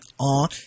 on